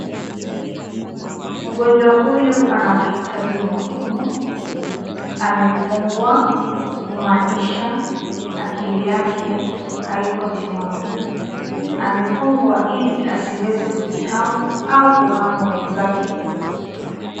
Mgonjwa huyu ana mahitaji muhimu. Amefungwa kumaanisha akili yake haiko timamu. Amefungwa ili asiweze kujihamu au kuhamu wenzake.